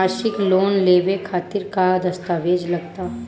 मसीक लोन लेवे खातिर का का दास्तावेज लग ता?